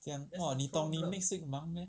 讲话你懂你 next week 忙 meh